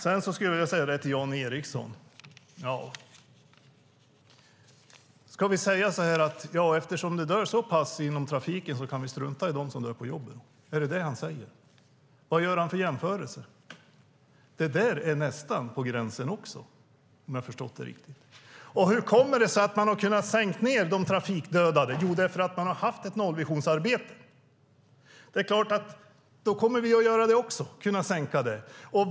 Sedan vill jag fråga Jan Ericson: Ska vi säga att vi kan strunta i dem som dör på jobbet eftersom det dör så pass många i trafiken? Är det vad han säger? Vad gör han för jämförelse? Det där är också nästan på gränsen, om jag har förstått det riktigt. Hur kommer det sig att man har kunnat sänka antalet trafikdödade? Jo, det är för att man har haft ett nollvisionsarbete. Det är klart att vi då kommer att kunna sänka det också.